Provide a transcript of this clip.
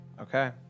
Okay